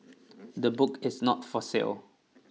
the book is not for sale